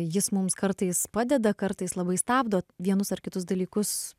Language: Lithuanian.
jis mums kartais padeda kartais labai stabdo vienus ar kitus dalykus